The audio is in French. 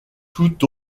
tout